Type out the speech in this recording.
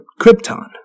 Krypton